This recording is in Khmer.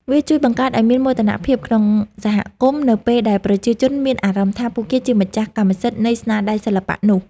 វាជួយបង្កើតឱ្យមានមោទនភាពក្នុងសហគមន៍ នៅពេលដែលប្រជាជនមានអារម្មណ៍ថាពួកគេជាម្ចាស់កម្មសិទ្ធិនៃស្នាដៃសិល្បៈនោះ។